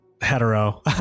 hetero